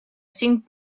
cinc